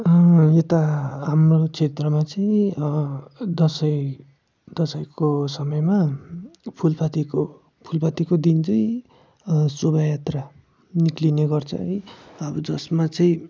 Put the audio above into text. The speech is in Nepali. यता हाम्रो क्षेत्रमा चाहिँ दसैँ दसैँको समयमा फुलपातीको फुलपातीको दिन चाहिँ शोभा यात्रा निक्लिने गर्छ है अब जसमा चाहिँ